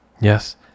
Yes